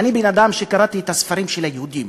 אני בן-אדם שקרא את הספרים של היהודים,